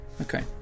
Okay